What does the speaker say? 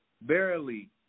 barely